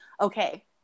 okay